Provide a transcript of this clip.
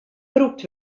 brûkt